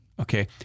Okay